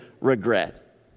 regret